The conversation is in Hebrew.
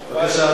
בבקשה,